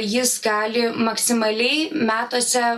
jis gali maksimaliai metuose